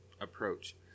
approach